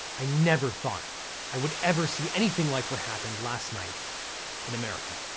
i never thought i would ever see anything like what happened last night in america.